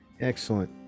Excellent